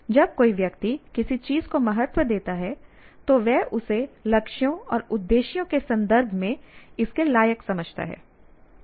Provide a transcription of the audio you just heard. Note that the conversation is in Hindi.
जब कोई व्यक्ति किसी चीज को महत्व देता है तो वह उसे लक्ष्यों और उद्देश्यों के संदर्भ में इसके लायक समझता है